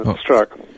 struck